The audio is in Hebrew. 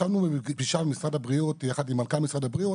ישבנו בפגישה במשרד הבריאות יחד עם מנכ"ל משרד הבריאות